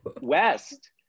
West